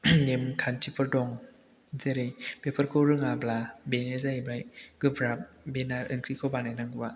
नेमखान्थिफोर दं बेफोरखौ रोङाब्ला बेनो जाहैबाय गोब्राब बे ओंख्रिखौ बानायनांगौआ